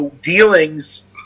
dealings